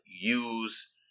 use